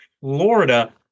Florida –